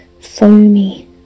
foamy